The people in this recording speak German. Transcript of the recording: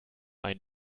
ein